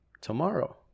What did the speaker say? tomorrow